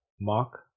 mock